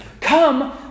Come